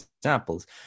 examples